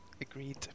Agreed